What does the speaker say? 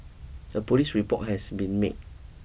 a police report has been made